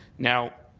now,